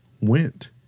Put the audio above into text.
went